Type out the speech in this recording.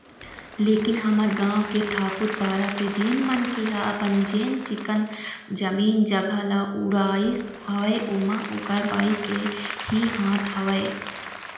लेकिन हमर गाँव के ठाकूर पारा के जेन मनखे ह अपन जेन चिक्कन जमीन जघा ल उड़ाइस हवय ओमा ओखर बाई के ही हाथ हवय